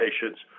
patients